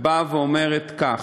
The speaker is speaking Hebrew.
ואומרת כך: